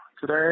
today